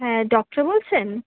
হ্যাঁ ডক্টর বলছেন